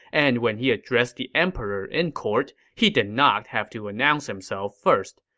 and when he addressed the emperor in court, he did not have to announce himself first.